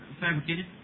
fabricated